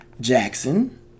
Jackson